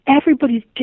everybody's